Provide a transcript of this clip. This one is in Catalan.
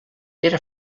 era